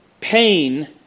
pain